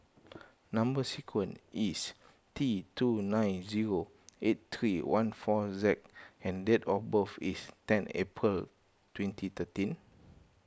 Number Sequence is T two nine zero eight three one four Z and date of birth is ten April twenty thirteen